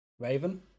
Raven